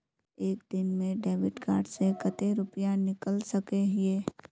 एक दिन में डेबिट कार्ड से कते रुपया निकल सके हिये?